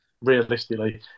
realistically